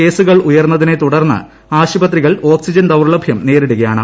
കേസുകൾ ഉയർന്നതിനെ തുടർന്ന് ആശുപത്രികൾ ഓക്സിജൻ ദൌർലഭൃം നേരിടുകയാണ്